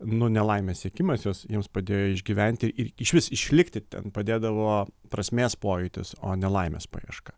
nu ne laimės siekimas jos jiems padėjo išgyventi ir išvis išlikti ten padėdavo prasmės pojūtis o ne laimes paieška